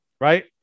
right